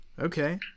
okay